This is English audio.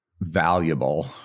valuable